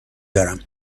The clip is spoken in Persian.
دارم